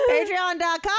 patreon.com